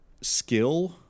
skill